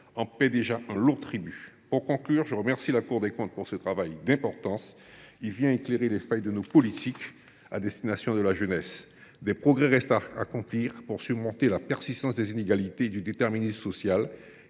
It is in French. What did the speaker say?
paient déjà un lourd tribut. Pour conclure, je remercie la Cour des comptes pour ce travail d’importance qui vient éclairer les failles de nos politiques à destination de la jeunesse. Des progrès restent à accomplir pour surmonter la persistance des inégalités et du déterminisme social.